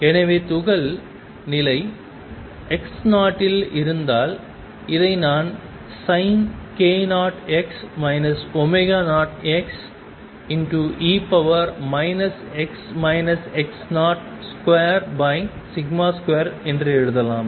எனவே துகள் நிலை x0 இல் இருந்தால் இதை நான்Sink0x 0x e 22 என்று எழுதலாம்